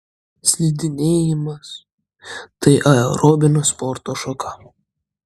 slidinėjimas tai aerobinė sporto šaka